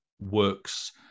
works